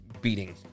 beating